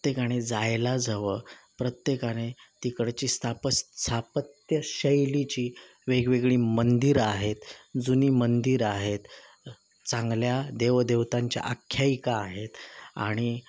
प्रत्येकाने जायलाच हवं प्रत्येकाने तिकडची स्थापस् स्थापत्यशैलीची वेगवेगळी मंदिरं आहेत जुनी मंदिर आहेत चांगल्या देवदेवतांच्या आख्यायिका आहेत आणि